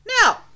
Now